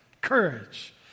Courage